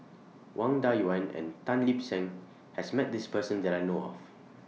Wang Dayuan and Tan Lip Seng has Met This Person that I know of